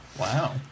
Wow